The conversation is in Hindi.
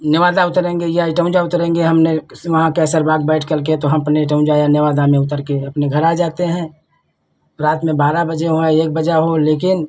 नेवादा उतरेंगे या इटौन्जा उतरेंगे हमने वहाँ केसरबाग बैठ करके तो हम अपने टाउन जाएँ या नेवादा में उतरकर अपने घर आ जाते हैं रात में बारह बजे हुआ एक बजा हो लेकिन